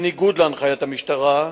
בניגוד להנחיית המשטרה,